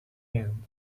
end